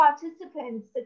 participants